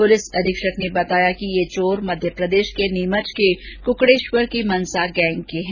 police अधीक्षक ने बताया कि ये चोर मध्यप्रदेश के नीमच की कुकड़ेश्वर की मनासा गैंग के हैं